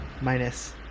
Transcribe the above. minus